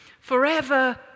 Forever